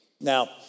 Now